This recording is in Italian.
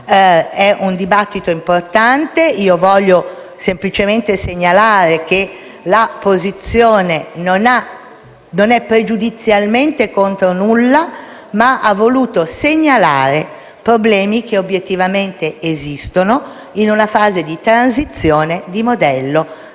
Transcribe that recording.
di un dibattito importante e voglio semplicemente segnalare che la nostra posizione non è pregiudizialmente contraria a nulla, ma abbiamo voluto segnalare dei problemi, che obiettivamente esistono, in una fase di transizione del modello